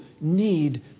need